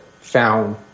found